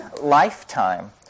lifetime